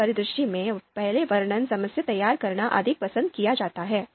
उस परिदृश्य में पहले वर्णन समस्या तैयार करना अधिक पसंद किया जाता है